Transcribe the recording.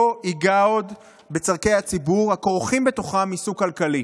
ייגע עוד בצורכי הציבור הכורכים בתוכם עיסוק כלכלי".